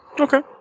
Okay